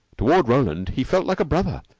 toward roland he felt like a brother,